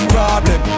Problem